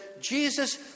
Jesus